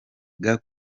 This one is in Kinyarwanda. ifu